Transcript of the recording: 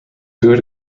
food